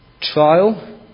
Trial